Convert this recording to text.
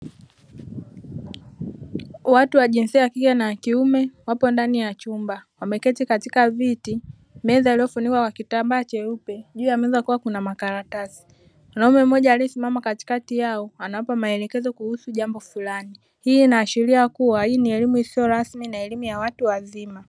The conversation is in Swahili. Watu wa jinsia ya kike na kiume wapo ndani ya chumba wameketi katika viti, meza iliyofunikwa kwa kitambaa cheupe, juu ya meza kukiwa kuna makaratasi. Mwanaume mmoja aliyesimama katikati yao anawapa maelekezo kuhusu jambo fulani. Hii inaashiria kuwa ni elimu isiyo rasmi na elimu ya watu wazima.